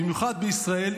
במיוחד בישראל,